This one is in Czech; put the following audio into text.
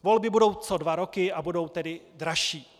Volby budou co dva roky, a budou tedy dražší.